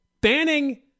banning